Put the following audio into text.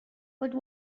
but